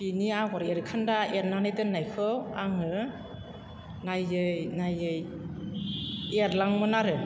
बिनि आगर एरखोन्दा एरनानै दोननायखौ आङो नायै नायै एरलाङोमोन आरो